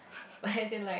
but as in like